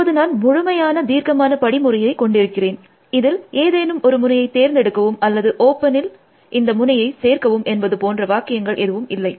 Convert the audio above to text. இப்போது நான் முழுமையான தீர்க்கமான படிமுறையை கொண்டிருக்கிறேன் இதில் நேரத்தை ஒப்பிடவும்2454 ஏதேனும் ஒரு முனையை தேர்ந்தெடுக்கவும் அல்லது ஓப்பனில் இந்த முனையை சேர்க்கவும் என்பது போன்ற வாக்கியங்கள் எதுவும் இல்லை